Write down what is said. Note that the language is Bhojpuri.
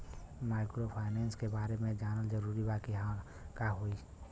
माइक्रोफाइनेस के बारे में जानल जरूरी बा की का होला ई?